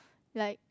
like